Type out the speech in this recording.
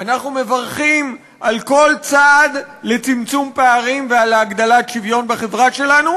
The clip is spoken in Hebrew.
אנחנו מברכים על כל צעד לצמצום הפערים ולהגדלת השוויון בחברה שלנו,